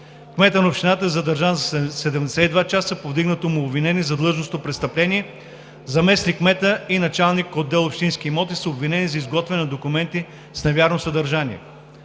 Кметът на общината е задържан за 72 часа и му е повдигнато обвинение за длъжностно престъпление, а заместник-кметът и началникът на отдел „Общински имоти“ са обвинени за изготвяне на документи с невярно съдържание;